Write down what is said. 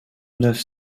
neuve